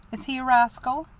is he a rascal?